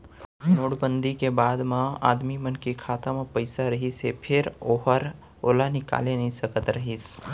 note बंदी के बाद म आदमी मन के खाता म पइसा रहिस हे फेर ओहर ओला निकाले नइ सकत रहिस